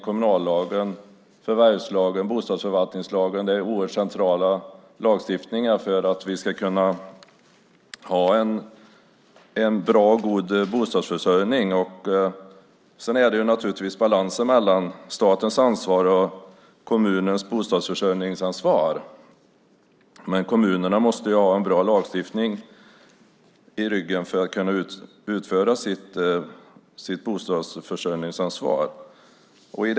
Kommunallagen, förvärvslagen och bostadsförvaltningslagen är centrala lagstiftningar för att vi ska kunna ha en god bostadsförsörjning. Det måste givetvis vara balans mellan statens ansvar och kommunernas bostadsförsörjningsansvar, men kommunerna måste ha en bra lagstiftning i ryggen för att kunna uppfylla sitt bostadsförsörjningsansvar.